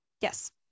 Yes